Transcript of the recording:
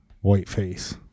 Whiteface